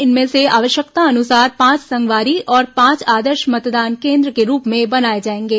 इनमें से आवश्यकतानुसार पांच संगवारी और पांच आदर्श मतदान केन्द्र के रूप में बनाए जाएंगे